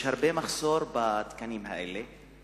יש מחסור רב בתקנים האלה,